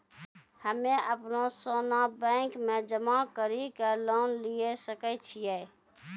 हम्मय अपनो सोना बैंक मे जमा कड़ी के लोन लिये सकय छियै?